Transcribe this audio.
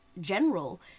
general